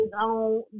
on